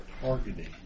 targeting